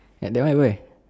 at that one where